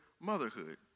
motherhood